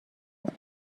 سپس